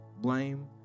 Blame